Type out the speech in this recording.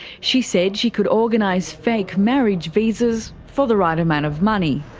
she said she could organise fake marriage visas for the right amount of money.